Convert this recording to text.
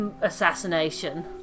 assassination